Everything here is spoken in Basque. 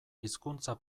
hizkuntza